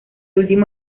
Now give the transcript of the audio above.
último